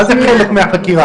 מה זה חלק מהחקירה?